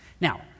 Now